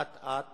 אט-אט